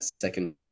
second